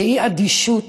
שהיא אדישות,